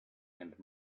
and